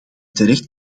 terecht